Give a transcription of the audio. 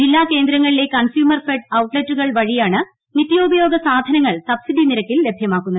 ജില്ലാ കേന്ദ്രങ്ങളിലെ കൺസ്യൂമർ ഫെഡ് ഔട്ട്ലെറ്റുകൾ വഴിയാണ് നിത്യോപയോഗ സാധനങ്ങൾ സബ്സിഡി നിരക്കിൽ ലഭ്യമാക്കുന്നത്